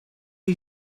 you